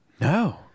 No